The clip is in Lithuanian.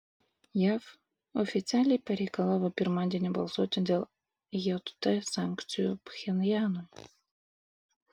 jav oficialiai pareikalavo pirmadienį balsuoti dėl jt sankcijų pchenjanui